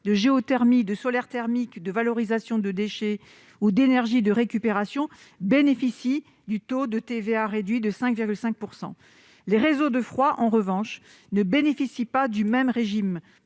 50 % à partir de solaire thermique, de valorisation de déchets ou d'énergie de récupération, bénéficie du taux de TVA réduit de 5,5 %. Les réseaux de froid, en revanche, ne sont pas soumis au même régime.